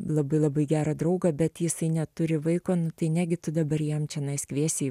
labai labai gerą draugą bet jisai neturi vaiko tai negi tu dabar jam čenais kviesi į